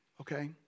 okay